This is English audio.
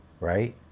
right